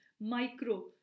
micro